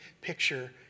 picture